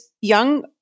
young